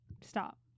Stop